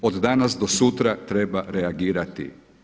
Od danas do sutra treba reagirati.